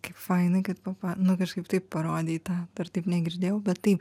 kaip fainai kad papa nu kažkaip taip parodei tą dar taip negirdėjau bet taip